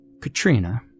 Katrina